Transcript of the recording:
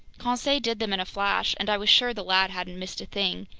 conseil did them in a flash, and i was sure the lad hadn't missed a thing,